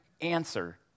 answer